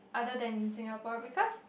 other than Singapore because